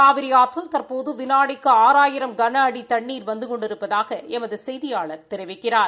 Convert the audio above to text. காவிரி ஆற்றில் தற்போது விளாடிக்கு ஆறாயிரம் கன அடி தண்ணீர் வந்து கொண்டிருப்பதாக எமது செய்தியாளர் தெரிவிக்கிறார்